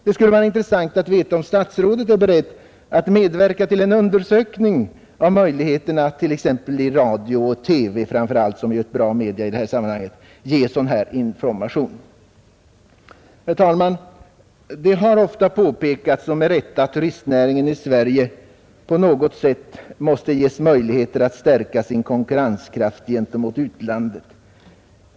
Det skulle vara intressant att få veta om statsrådet är beredd att medverka till en undersökning av möjligheterna att i t.ex. radio och framför allt TV, som ju är ett bra medium i detta sammanhang, ge sådan information. Det har ofta påpekats med rätta — att turistnäringen i Sverige på något sätt måste ges möjlighet att stärka sin konkurrenskraft gentemot utlandet.